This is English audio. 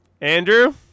Andrew